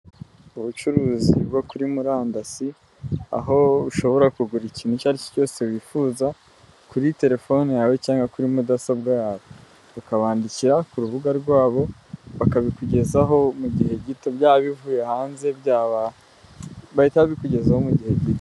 Ubucuruzi bwo kuri murandasi, aho ushobora kugura ikintu icyo ari cyo cyose wifuza kuri telefone yawe cyangwa kuri mudasobwa yawe, ukabandikira ku rubuga rwabo bakabikugezaho mu gihe gito, byaba bivuye hanze byaba bi.. bahita babikugezaho mu gihe gito.